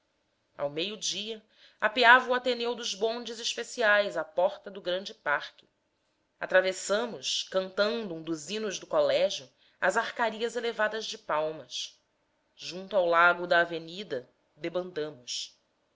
ao meio-dia apeava o ateneu dos bondes especiais à porta do grande parque atravessamos cantando um dos hinos do colégio as arcarias elevadas de palmas junto ao lago da avenida debandamos